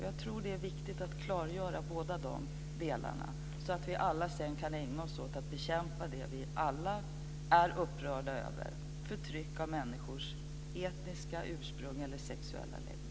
Jag tror att det är viktigt att klargöra båda de delarna, så att vi alla sedan kan ägna oss åt att bekämpa det vi alla är upprörda över, dvs. förtryck av människors etniska ursprung eller sexuella läggning.